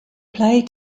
play